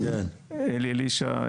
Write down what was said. אלי אלישע,